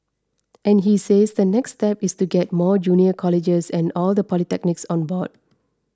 and he says the next step is to get more junior colleges and all the polytechnics on board